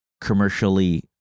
commercially